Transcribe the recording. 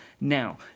Now